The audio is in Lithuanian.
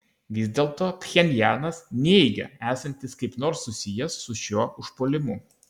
vis dėlto pchenjanas neigia esantis kaip nors susijęs su šiuo užpuolimu